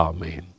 Amen